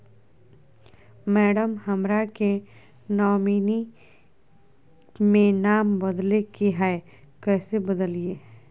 madam, हमरा के nominee में नाम बदले के हैं, कैसे बदलिए